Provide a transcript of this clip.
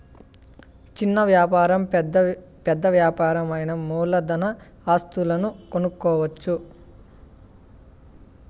చిన్న వ్యాపారం పెద్ద యాపారం అయినా మూలధన ఆస్తులను కనుక్కోవచ్చు